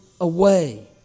away